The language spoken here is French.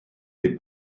n’est